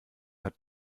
hat